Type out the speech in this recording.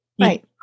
right